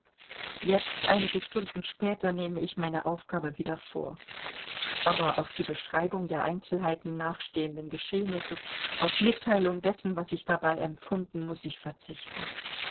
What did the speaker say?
jetzt einige stunden später nehme ich meine aufgabe wieder vor aber auf die beschreibung der einzelheiten nachstehenden geschehnisses auf mitteilung dessen was ich dabei empfunden muß ich verzichten